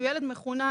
כי הוא ילד מחונן,